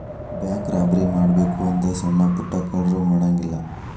bank robbery ಮಾಡ್ಬೆಕು ಅಂದ್ರ ಸಣ್ಣಾ ಪುಟ್ಟಾ ಕಳ್ರು ಮಾಡಂಗಿಲ್ಲಾ